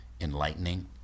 enlightening